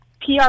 PR